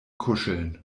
kuscheln